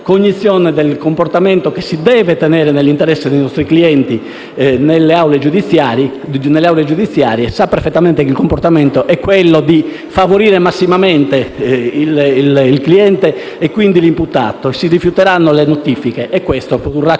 del comportamento che si deve tenere nell'interesse dei nostri clienti nelle aule giudiziarie; sa perfettamente che il comportamento è quello di favorire massimamente il cliente e, quindi, l'imputato. Si rifiuteranno le notifiche e ciò produrrà